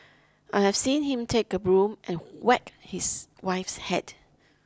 I have seen him take a broom and whack his wife's head